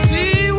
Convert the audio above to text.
See